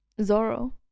Zoro